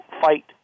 fight –